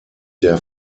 der